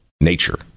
nature